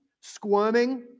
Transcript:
squirming